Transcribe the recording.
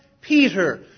Peter